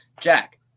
Jack